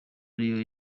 ariho